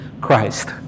Christ